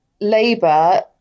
Labour